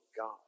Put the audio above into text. God